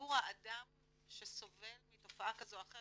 עבור האדם שסובל מתופעה כזו או אחרת,